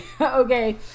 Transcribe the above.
Okay